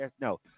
No